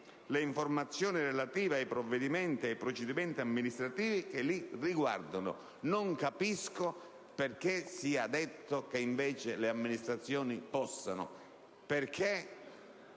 «le informazioni relative ai provvedimenti e ai procedimenti amministrativi che li riguardano». Non capisco perché viene detto, invece, che le amministrazioni «possano». Vorrei